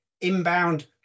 inbound